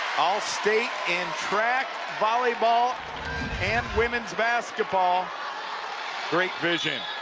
all state in track, volleyball and women's basketball great vision.